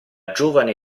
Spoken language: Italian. giovane